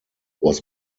was